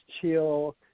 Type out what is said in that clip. chill